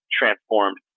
transformed